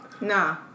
Nah